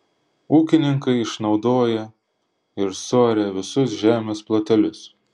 ūkininkai išnaudoja ir suaria visus žemės plotelius